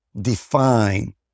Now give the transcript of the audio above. define